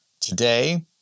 today